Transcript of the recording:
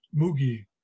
mugi